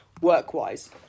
work-wise